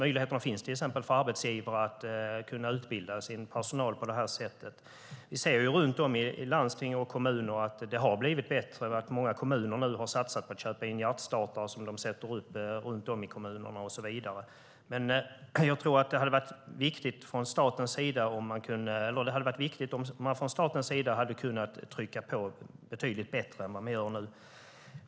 Det finns till exempel möjligheter för arbetsgivare att utbilda sin personal på detta sätt. Vi ser att det har blivit bättre i landsting och kommuner och att många kommuner nu har satsat på att sätta upp hjärtstartare runt om i kommunerna. Men jag tror att det hade varit viktigt om man från statens sida kunnat trycka på betydligt bättre än vad man gör nu.